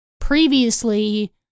previously